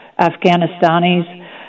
Afghanistanis